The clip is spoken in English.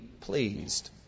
pleased